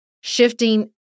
shifting